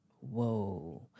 whoa